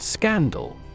Scandal